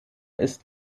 ist